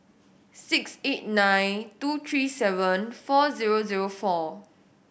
six eight nine two three seven four zero zero four